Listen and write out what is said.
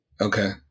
Okay